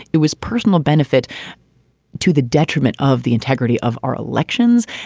it was personal benefit to the detriment of the integrity of our elections.